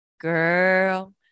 girl